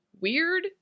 weird